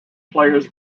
players